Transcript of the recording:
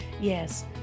Yes